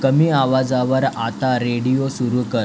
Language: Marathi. कमी आवाजावर आता रेडिओ सुरू कर